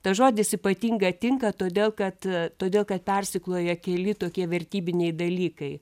tas žodis ypatinga tinka todėl kad todėl kad persikloja keli tokie vertybiniai dalykai